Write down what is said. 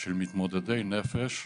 של מתמודדי נפש,